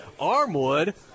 Armwood